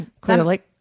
clearly